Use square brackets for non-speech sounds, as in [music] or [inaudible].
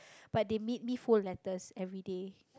[breath] but they made me fold letters everyday